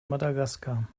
madagaskar